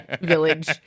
Village